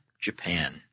Japan